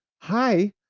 Hi